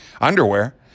underwear